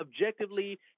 objectively